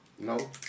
No